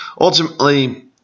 ultimately